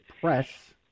Press